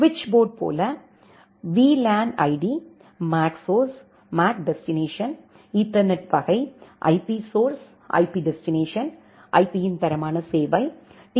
சுவிட்ச் போர்ட் போல VLAN ID MAC source MAC destination ethernet வகை ஐபி சோர்ஸ் ஐபி டெஸ்டினேஷன் ஐபியின் தரமான சேவை டீ